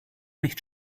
nicht